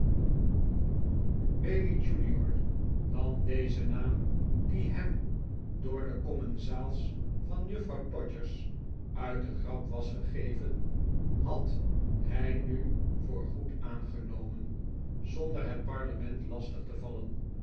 junior want dezen naam die hem door de commensaals van juffrouw todgers uit de grap was gegeven had hij nu voor goed aangenomen zonder het parlement lastig te vallen